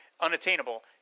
unattainable